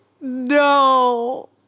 no